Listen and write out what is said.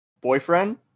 Boyfriend